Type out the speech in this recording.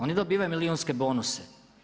Oni dobivaju milijunske bonuse.